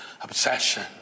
obsession